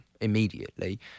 immediately